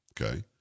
Okay